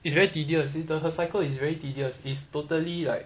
it's very tedious is the her cycle is very tedious is totally like